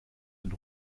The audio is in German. den